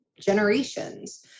generations